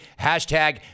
hashtag